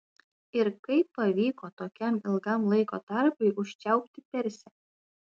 ir kaip pavyko tokiam ilgam laiko tarpui užčiaupti persę